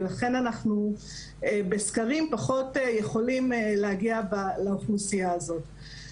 ולכן אנחנו בסקרים פחות יכולים להגיע לאוכלוסייה הזו.